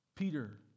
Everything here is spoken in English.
Peter